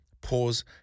pause